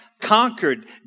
conquered